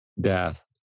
death